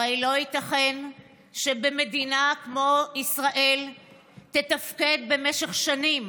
הרי לא ייתכן שבמדינה כמו ישראל תתפקד במשך שנים